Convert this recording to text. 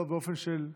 לא באופן של עצבים,